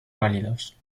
válidos